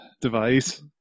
device